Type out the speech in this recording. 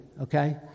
okay